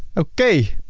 okay.